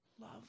love